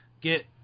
get